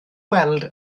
weld